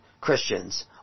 Christians